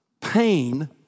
pain